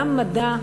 גם מדע,